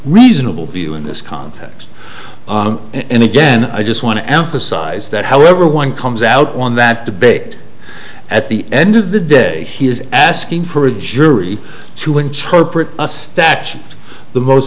reasonable view in this context and again i just want to emphasize that however one comes out on that debate at the end of the day he is asking for a jury to interpret a statute the most